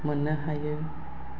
मोननो हायो